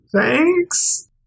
Thanks